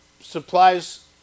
supplies